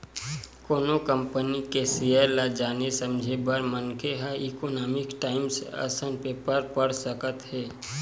कोनो कंपनी के सेयर ल जाने समझे बर मनखे ह इकोनॉमिकस टाइमस असन पेपर पड़ सकत हे